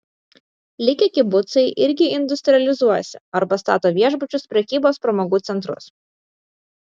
likę kibucai irgi industrializuojasi arba stato viešbučius prekybos pramogų centrus